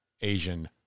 asian